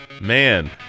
Man